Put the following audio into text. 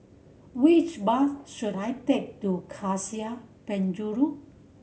which bus should I take to Cassia Penjuru